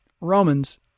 romans